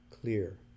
clear